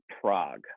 Prague